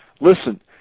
Listen